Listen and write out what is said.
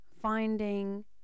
finding